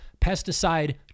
pesticide